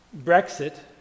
Brexit